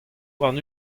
warn